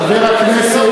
חבר הכנסת,